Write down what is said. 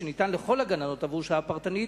שניתנים לכל הגננות עבור שעה פרטנית,